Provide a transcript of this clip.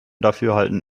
dafürhalten